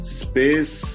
space